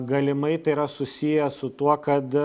galimai tai yra susiję su tuo kad